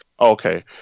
Okay